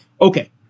Okay